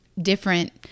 Different